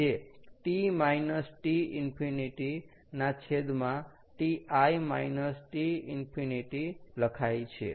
જે T T∞ ના છેદમાં Ti T∞ લખાય છે